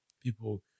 people